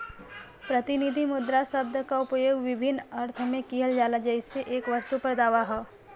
प्रतिनिधि मुद्रा शब्द क उपयोग विभिन्न अर्थ में किहल जाला जइसे एक वस्तु पर दावा हौ